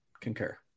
Concur